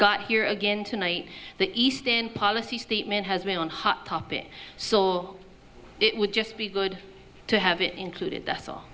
got here again tonight the east in policy statement has been on hot topic so will it would just be good to have it included that's all